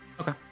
Okay